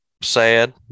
sad